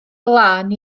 glân